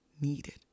needed